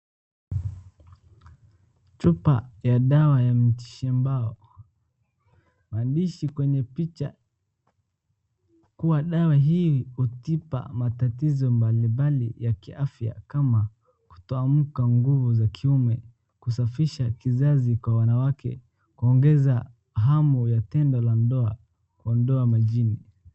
Chupa ya dawa ya miti shamba. Maandishi kwenye picha kuwa dawa hii hutibu matatizo mbalimbali ya kiafya kama kutoamka nguvu za kiume, kusafisha kizazi kwa wanawake, kuongeza hamu ya tendo la ndoa, kuondoa majini.